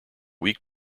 weak